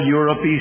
Europe